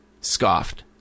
scoffed